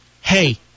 Hey